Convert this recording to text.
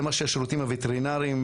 זה מה שהשירותים הווטרינריים,